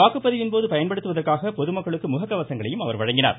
வாக்குப்பதிவின்போது பயன்படுத்துவதற்காக பொதுமக்களுக்கு முகக் கவசங்களையும் அவர் வழங்கினார்